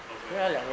tau gey